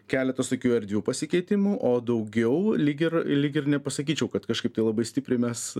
keletas tokių erdvių pasikeitimų o daugiau lyg ir lyg ir nepasakyčiau kad kažkaip tai labai stipriai mes